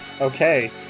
Okay